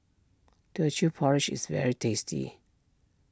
Teochew Porridge is very tasty